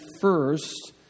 first